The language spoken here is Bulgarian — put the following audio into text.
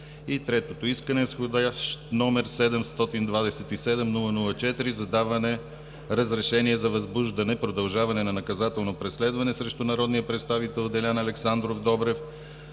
Третото искане е с вх. № 727-00-4 за даване на разрешение за възбуждане продължаване на наказателно преследване срещу народния представител Делян Александров Добрев